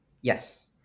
Yes